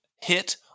hit